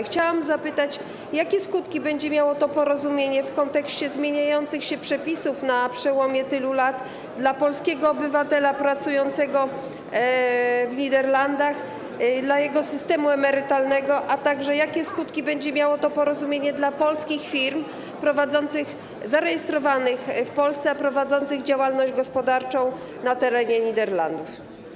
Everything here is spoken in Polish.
Chciałam zapytać, jakie skutki będzie miało to porozumienie w kontekście przepisów zmieniających się na przestrzeni tylu lat dla polskiego obywatela pracującego w Niderlandach, dla jego systemu emerytalnego, a także jakie skutki będzie miało to porozumienie dla polskich firm zarejestrowanych w Polsce, a prowadzących działalność gospodarczą na terenie Niderlandów.